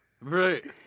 right